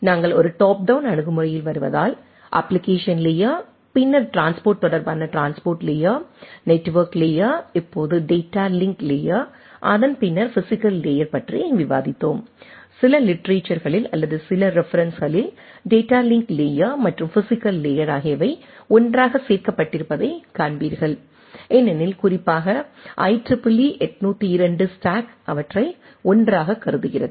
நாங்கள் ஒரு top down அணுகுமுறையில் வருவதால் அப்ப்ளிகேஷன் லேயர் பின்னர் டிரான்ஸ்போர்ட் தொடர்பான டிரான்ஸ்போர்ட் லேயர் நெட்வொர்க் லேயர் இப்போது டேட்டா லிங்க் லேயர் அதன் பின்னர் பிஸிக்கல் லேயர் பற்றி விவாதித்தோம் சில லிட்டரேச்சர்களில் அல்லது சில ரெபெரென்ஸ்களில் டேட்டா லிங்க் லேயர் மற்றும் பிஸிக்கல் லேயர் ஆகியவை ஒன்றாகச் சேர்க்கப்பட்டிருப்பதைக் காண்பீர்கள் ஏனெனில் குறிப்பாக IEEE 802 ஸ்டேக் அவற்றை ஒன்றாகக் கருதுகிறது